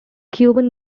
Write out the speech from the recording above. cuban